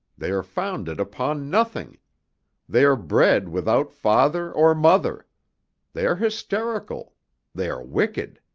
they are founded upon nothing they are bred without father or mother they are hysterical they are wicked.